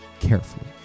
carefully